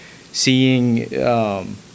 seeing